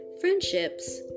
friendships